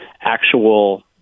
actual